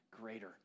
greater